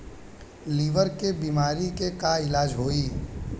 Liver के बीमारी के का इलाज होई?